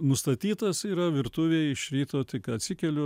nustatytas yra virtuvėj iš ryto tai ką atsikeliu